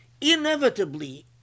Inevitably